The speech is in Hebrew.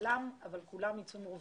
שכולם יצאו מורווחים.